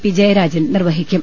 P Jayarajan നിർവ്വഹിക്കും